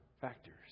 factors